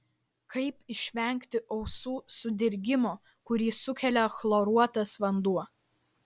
kaip išvengti ausų sudirgimo kurį sukelia chloruotas vanduo